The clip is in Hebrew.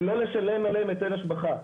ולא לשלם עליהם היטל השבחה.